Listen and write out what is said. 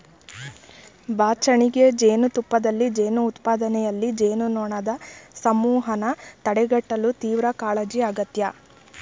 ಬಾಚಣಿಗೆ ಜೇನುತುಪ್ಪದಲ್ಲಿ ಜೇನು ಉತ್ಪಾದನೆಯಲ್ಲಿ, ಜೇನುನೊಣದ್ ಸಮೂಹನ ತಡೆಗಟ್ಟಲು ತೀವ್ರಕಾಳಜಿ ಅಗತ್ಯ